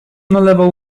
nalewał